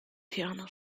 piano